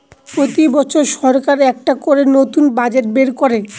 প্রতি বছর সরকার একটা করে নতুন বাজেট বের করে